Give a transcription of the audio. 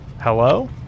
Hello